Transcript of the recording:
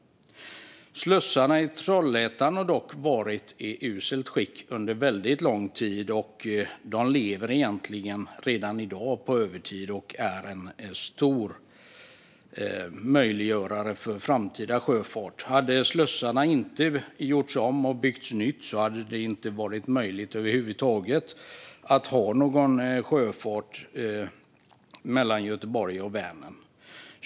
Slussarna i Trollhättan har dock varit i uselt skick under väldigt lång tid. De lever egentligen redan i dag på övertid och är en stor möjliggörare för framtida sjöfart. Hade slussarna inte gjorts om och hade det inte byggts nytt hade det inte varit möjligt att ha någon sjöfart över huvud taget mellan Göteborg och Vänern.